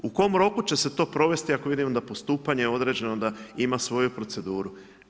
U kojem roku će se to provesti, ako vidimo da je postupanje, određeno da ima svoju proceduru.